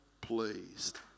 pleased